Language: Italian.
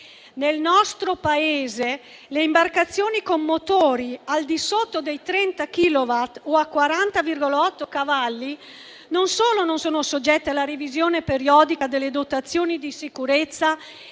Nel nostro Paese le imbarcazioni con motori al di sotto dei 30 kilowatt o a 40,8 cavalli non solo non sono soggette alla revisione periodica delle dotazioni di sicurezza